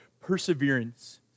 perseverance